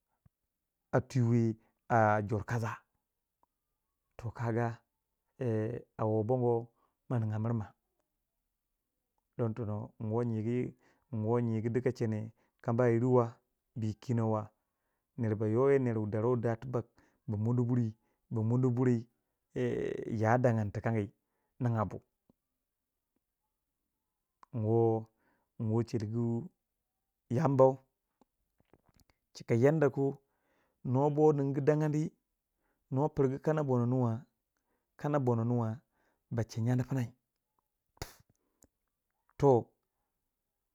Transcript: a twiwe a jor ka za toh kaga eh a wo bongoma ninga mir ma, don tono nwo nyigu nwo nyigu daka chini kamayirwa bu yi kino wa, ner ba yoya ner wu deruwe dah tibak ba mondo buri ba mondo buri eh ya dangani tikangi nigya bu nwo nwo chedgu yambau chika anda ku nuwa boh nin gu dangani nuwa pirgu kana bono nuwa kana bono nuwa bache nyandi pinai toh.